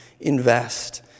invest